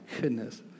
goodness